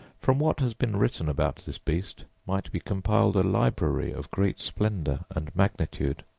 from what has been written about this beast might be compiled a library of great splendor and magnitude,